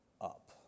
up